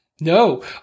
No